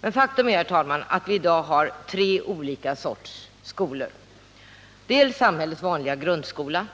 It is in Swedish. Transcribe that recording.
Men faktum är, herr talman, att vi i dag har tre olika sorters skolor: dels samhällets vanliga grundskola,